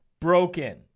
broken